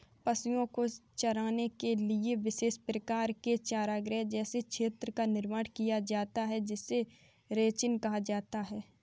पशुओं को चराने के लिए विशेष प्रकार के चारागाह जैसे क्षेत्र का निर्माण किया जाता है जिसे रैंचिंग कहा जाता है